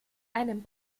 einem